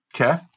Okay